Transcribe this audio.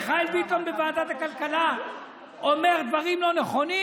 מיכאל ביטון בוועדת הכלכלה אומר דברים לא נכונים?